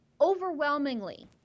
Overwhelmingly